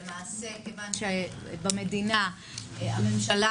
מכיוון שהממשלה